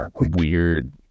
weird